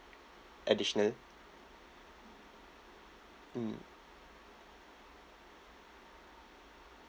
additional mm